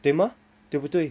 对吗对不对